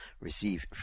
Receive